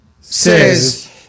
says